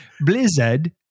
Blizzard